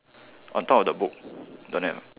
on top of the book don't have